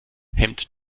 hemmt